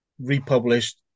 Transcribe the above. republished